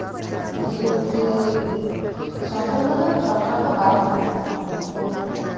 ᱠᱤᱪᱷᱩ ᱜᱮ ᱥᱚᱢᱯᱩᱨᱱᱚ ᱫᱚ ᱥᱚᱨᱠᱟᱨ ᱫᱚ ᱵᱟᱭ ᱵᱚᱦᱚᱱ ᱮᱫᱟ ᱛᱚᱵᱮ